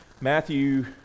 Matthew